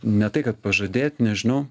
čia ne tai kad pažadėt nežinau